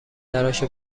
تراش